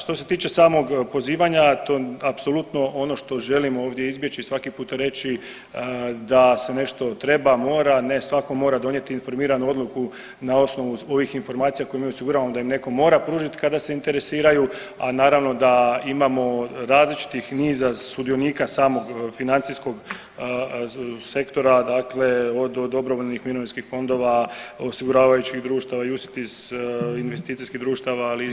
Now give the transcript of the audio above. Što se tiče samog pozivanja to apsolutno ono što želimo ovdje izbjeći i svaki puta reći da se nešto treba, mora, ne svako mora donijeti informiranu odluku na osnovu ovih informacija kojim osiguravamo da im netko mora pružiti kada se interesiranju, a naravno da imamo različitih niza sudionika samog financijskog sektora, dakle od dobrovoljnih mirovinskih fondova, osiguravajućih društava, UCITS investicijskih društava, ali [[Upadica: I tako dalje.]] itd.